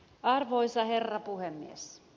arvoisa herra puhemies